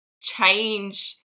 change